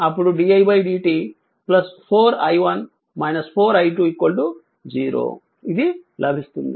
అప్పుడు d i 1 dt 4 i 1 4 i 2 0 ఇది లభిస్తుంది